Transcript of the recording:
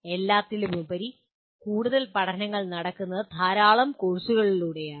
എല്ലാത്തിനുമുപരി കൂടുതൽ പഠനങ്ങൾ നടക്കുന്നത് ധാരാളം കോഴ്സുകളിലൂടെയാണ്